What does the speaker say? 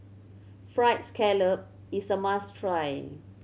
Fried Scallop is a must try